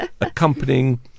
accompanying